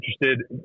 interested